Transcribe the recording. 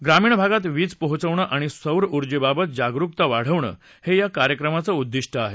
ग्रामीण भागात वीज पोहोचवणं आणि सौर ऊर्जेबाबात जागरुकता वाढवणं हे या कार्यक्रमाचं उद्दिष्ट आहे